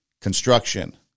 construction